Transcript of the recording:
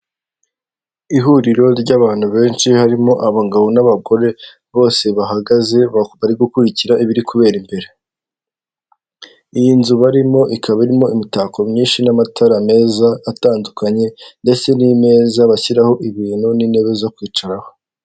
Ihuriro ry'abantu benshi harimo abagabo n'aba bose bahagaze bari gukurikira ibiri kubera imbere, iyi nzu ikaba irimo imitako n'amatara meza atandukanye, ndetse bashyi ibintu n'intebe zo kwicaraho.